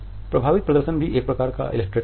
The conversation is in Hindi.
प्रभावित प्रदर्शन भी एक प्रकार का इलस्ट्रेटर है